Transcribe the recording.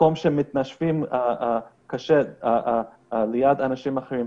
מקום בו מתנשפים קשה ליד אנשים אחרים,